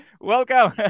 Welcome